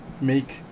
make